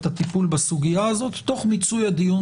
את הטיפול בסוגיה הזאת תוך מיצוי דיון